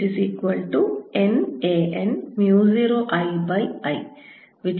inductance